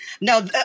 No